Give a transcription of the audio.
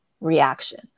reaction